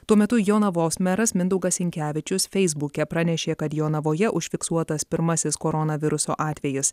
tuo metu jonavos meras mindaugas sinkevičius feisbuke pranešė kad jonavoje užfiksuotas pirmasis koronaviruso atvejis